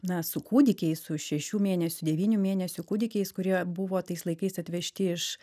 na su kūdikiais su šešių mėnesių devynių mėnesių kūdikiais kurie buvo tais laikais atvežti iš